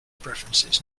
preferences